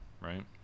right